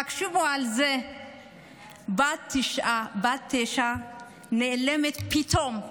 תקשיבו לזה, בת תשע נעלמת פתאום,